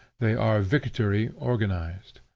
they are victory organized.